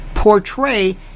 Portray